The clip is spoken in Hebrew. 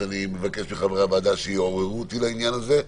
אני אבקש מחברי הוועדה להעיר אותי בעניין הזה.